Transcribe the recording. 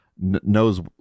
knows